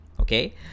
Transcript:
okay